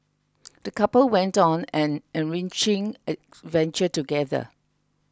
the couple went on an enriching adventure together